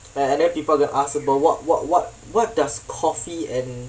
and and then people are gonna ask but what what what what does coffee and